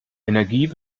energie